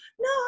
no